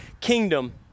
kingdom